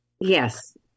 Yes